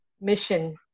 mission